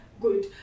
good